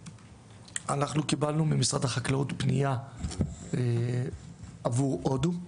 אנחנו קיבלנו ממשרד החקלאות פניה עבור הודו,